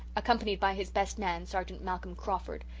accompanied by his best man, sergeant malcolm crawford.